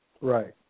Right